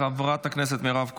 חברת הכנסת מירב כהן,